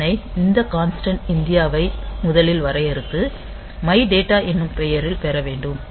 இந்த எண்ணை இந்த கான்ஸ்டண்ட் இந்தியாவை முதலில் வரையறுத்து மை டேட்டா என்னும் பெயரில் பெற வேண்டும்